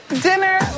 Dinner